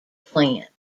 plant